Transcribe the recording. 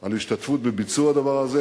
על השתתפות בביצוע הדבר הזה.